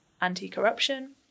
anti-corruption